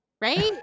Right